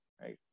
right